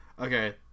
Okay